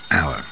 Hour